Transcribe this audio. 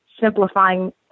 simplifying